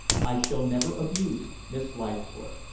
i shall never abuse, miss leithcourt.